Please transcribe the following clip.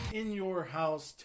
in-your-house